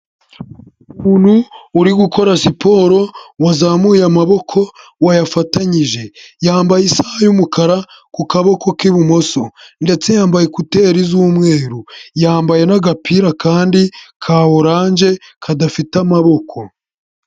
Umuntu uri gukora siporo, wazamuye amaboko wayafatanyije, yambaye isaha y'umukara ku kaboko k'ibumoso ndetse yambaye ekuteri z'umweru, yambaye n'agapira kandi ka oranje kadafite amaboko.